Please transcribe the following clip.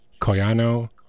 Koyano